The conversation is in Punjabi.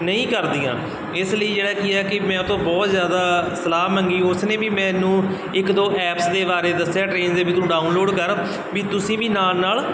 ਨਹੀਂ ਕਰਦੀਆਂ ਇਸ ਲਈ ਜਿਹੜਾ ਕੀ ਹੈ ਕਿ ਮੈਂ ਉਹ ਤੋਂ ਬਹੁਤ ਜ਼ਿਆਦਾ ਸਲਾਹ ਮੰਗੀ ਉਸ ਨੇ ਵੀ ਮੈਨੂੰ ਇੱਕ ਦੋ ਐਪਸ ਦੇ ਬਾਰੇ ਦੱਸਿਆ ਟ੍ਰੇਨ ਦੇ ਵੀ ਤੂੰ ਡਾਊਨਲੋਡ ਕਰ ਵੀ ਤੁਸੀਂ ਵੀ ਨਾਲ ਨਾਲ